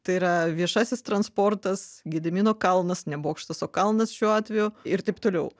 tai yra viešasis transportas gedimino kalnas ne bokštas o kalnas šiuo atveju ir taip toliau